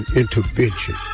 intervention